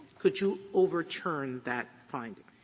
could you overturn that finding?